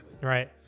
Right